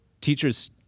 teachers